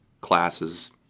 classes